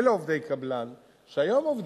אלה עובדי קבלן שהיום עובדים,